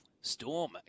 Storm